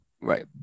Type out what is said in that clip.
Right